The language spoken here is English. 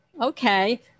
Okay